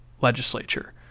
legislature